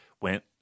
went